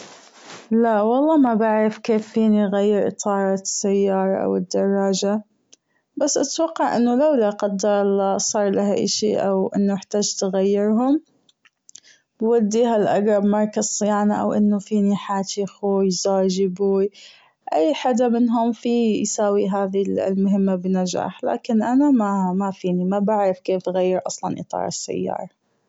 لا والله مابعرف كيف فيني غير أطار السيارة والدراجة بس أتوقع لو لا قدر الله صارلي هي الشي أو انه أحتجت غيرهم بوديها اقرب مركز صيانة أو أنه فيني حاجى أخوي زوجي أبوي أي حدا منهم في يساوي هذي المهمة بنجاح لكن أنا مافيني مابعرف أصلا كيف فيني غير أطار السيارة.